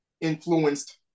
influenced